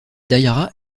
daïra